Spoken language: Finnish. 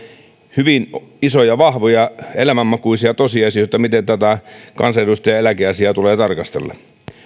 hyvin isoja vahvoja elämänmakuisia tosiasioita miten tätä kansanedustajan eläkeasiaa tulee tarkastella